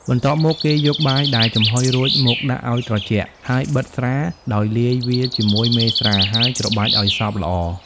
បន្ទាប់មក គេយកបាយដែលចំហុយរួចមកដាក់ឱ្យត្រជាក់ ហើយ បិតស្រា ដោយលាយវាជាមួយមេស្រា ហើយច្របាច់ឱ្យសព្វល្អ។